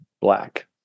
Black